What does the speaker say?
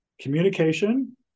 communication